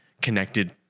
connected